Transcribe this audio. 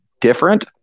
different